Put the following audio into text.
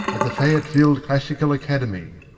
at the fayetteville classical academy.